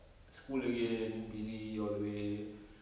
school again busy all the way